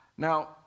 Now